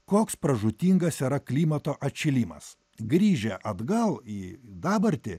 koks pražūtingas yra klimato atšilimas grįžę atgal į dabartį